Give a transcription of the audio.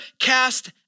cast